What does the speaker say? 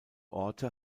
orte